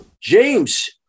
James